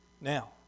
Now